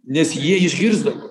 nes jie išgirsdavo